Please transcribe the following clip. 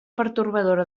pertorbadora